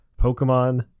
Pokemon